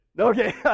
Okay